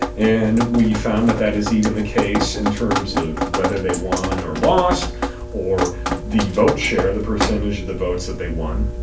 and we found that that is even the case in terms of whether they won or lost or the vote share the percentage of the votes that they won.